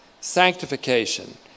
sanctification